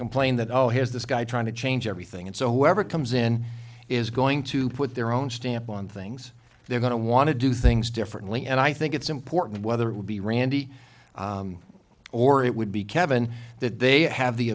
complain that oh here's this guy trying to change everything and so whatever comes in is going to put their own stamp on things they're going to want to do things differently and i think it's important whether it would be randy or it would be kevin that they have the